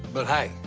but, hey,